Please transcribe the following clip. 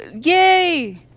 Yay